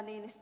niinistö